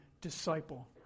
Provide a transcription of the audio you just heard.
disciple